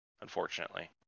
Unfortunately